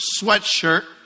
sweatshirt